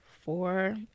four